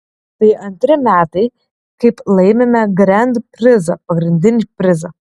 tai antri metai kaip laimime grand prizą pagrindinį prizą